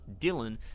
Dylan